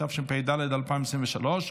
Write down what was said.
התשפ"ד 2023,